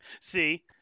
See